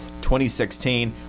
2016